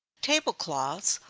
table-cloths,